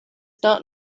not